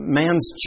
man's